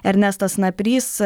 ernestas naprys